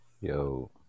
Yo